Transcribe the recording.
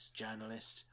journalist